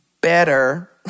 better